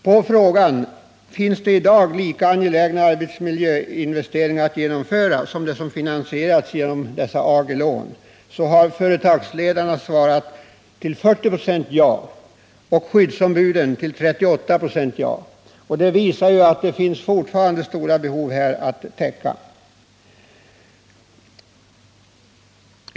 På frågan om det i dag finns lika angelägna arbetsmiljöförbättrande investeringar att göra som de som finansierats genom dessa AG-lån har 40 96 av företagsledarna och 38 96 av skyddsombuden svarat ja. Det visar att det fortfarande finns stora behov att fylla och att låneformen har stor betydelse.